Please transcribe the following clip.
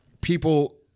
people